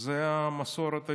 זאת המסורת היהודית,